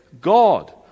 God